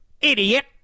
idiot